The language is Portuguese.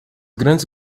grandes